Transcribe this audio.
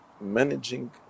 managing